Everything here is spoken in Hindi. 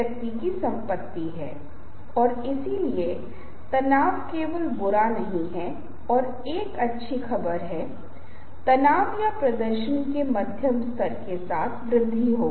वे साझा करते हैं और आप पाते हैं कि क्या वे इससे सहमत हैं उन्हें मेरे बारे में बाद में पता चलता है या नहींयह एक अलग मुद्दा है